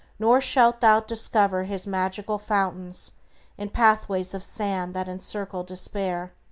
nor shalt thou discover his magical fountains in pathways of sand that encircle despair.